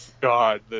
God